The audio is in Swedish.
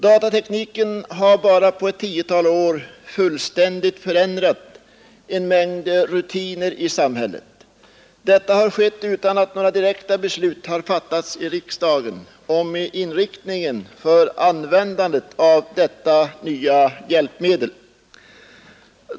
Datatekniken har bara på ett tiotal år fullständigt förändrat en mängd rutiner i samhället. Detta har skett utan att några direkta beslut har fattats i riksdagen om inriktningen av användandet av detta nya hjälpmedel.